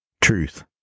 Truth